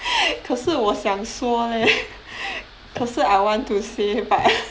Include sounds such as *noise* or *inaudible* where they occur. *laughs* 可是我想说 leh *laughs* 可是 I want to say but *laughs*